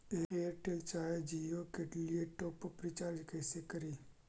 Airtel चाहे जियो के लिए टॉप अप रिचार्ज़ कैसे करी?